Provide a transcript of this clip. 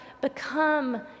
become